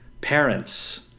parents